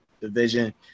division